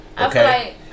Okay